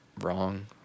wrong